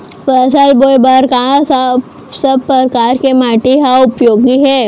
फसल बोए बर का सब परकार के माटी हा उपयोगी हे?